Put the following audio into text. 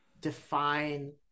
define